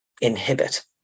inhibit